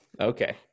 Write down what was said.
Okay